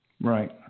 Right